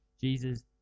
Jesus